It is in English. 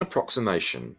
approximation